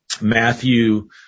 Matthew